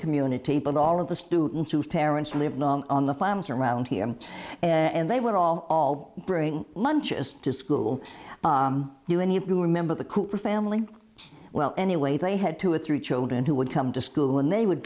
community but all of the students whose parents lived on the farms around here and they would all bring lunch as to school do any of you remember the cooper family well anyway they had two or three children who would come to school and they would